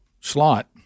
slot